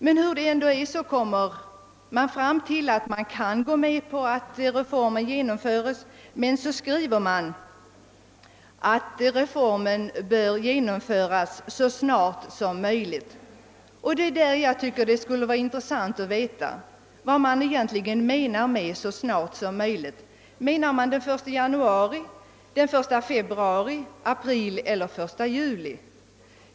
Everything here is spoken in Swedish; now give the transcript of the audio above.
Men hur det är kommer man fram till att man kan gå med på att reformen genomförs. Men så skriver man att reformen bör genomföras »så snart som möjligt». Jag tycker det skulle vara intressant att veta vad man egentligen menar med »så snart som möjligt». Menar man den 1 januari, den 1 februari, den 1 april eller den 1 juli?